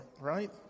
right